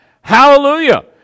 Hallelujah